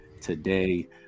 today